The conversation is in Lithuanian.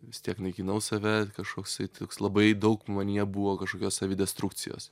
vis tiek naikinau save kažkoksai toks labai daug manyje buvo kažkokios savidestrukcijos